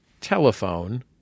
telephone